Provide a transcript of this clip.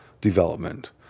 development